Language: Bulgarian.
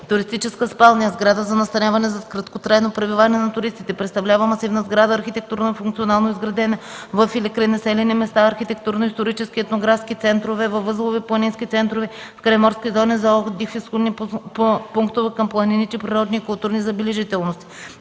„Туристическа спалня” е сграда за настаняване за краткотрайно пребиваване на туристите. Представлява масивна сграда, архитектурно и функционално изградена във или край населени места, в архитектурно-исторически и етнографски центрове, във възлови планински центрове, в крайморски зони за отдих, в изходни пунктове към планините, природни и културни забележителности.